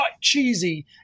cheesy